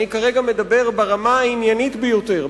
ואני כרגע מדבר ברמה העניינית ביותר,